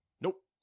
Nope